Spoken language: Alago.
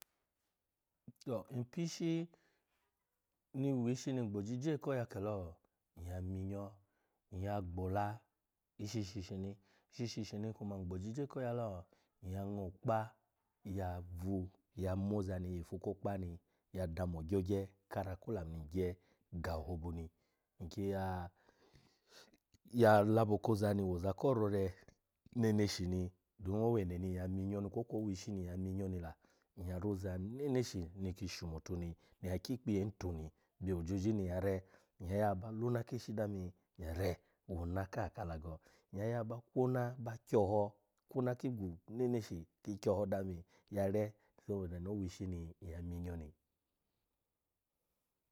To npyi ishi ni ngbo oji je ko ya kelo, nyya minyo, nyya gbola, ishi shi shi ni, ishi shi shi ni kuma ngbo, ojije koya lo, nyya ngo okpa ya vu ya moza ni yifu ko okpa ni ya dami ogyogye kara ko olamu ni ngye ga ohobuni, nki ya, ya labo koza ni woza ko rore neneshi ni dun owene ni nyya minyo kwo kwa owishi ni nyya minyo ni la, nyya roza neneshi niki shumotu ni, nyya kyi kpiyen tu ni, byo ojoji ni nyya re? Nyya yuwa ba lona kishi dami ya re, wo ona kaha ka alago, nyya ya ba kyoho, kwona ki igwu neneshi ki kyoho dami yare saboda owi ishi ni nyya minyo ni.